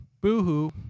Boo-hoo